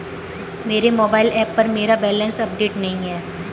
मेरे mobile app पर मेरा बैलेंस अपडेट नहीं है